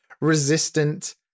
resistant